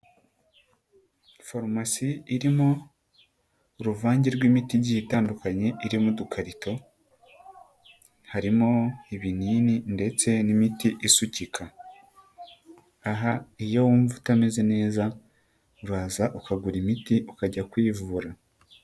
Farumasi irimo uruvange rw'imiti igiye itandukanye, iri mu dukarito. Harimo ibinini ndetse n'imiti isukika. Aha iyo wumva utameze neza, uraza ukagura imiti, ukajya kwivura.